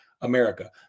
America